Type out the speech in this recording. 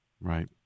Right